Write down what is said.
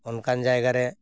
ᱚᱱᱠᱟᱱ ᱡᱟᱭᱜᱟ ᱨᱮ